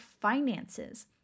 finances